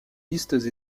listes